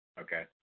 Okay